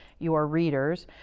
your readers,